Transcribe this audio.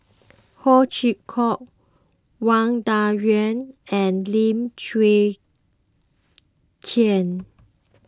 Ho Chee Kong Wang Dayuan and Lim Chwee Chian